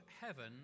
heaven